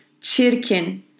çirkin